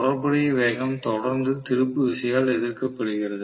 தொடர்புடைய வேகம் தொடர்ந்து திருப்பு விசையால் எதிர்க்கப்படுகிறது